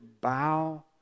bow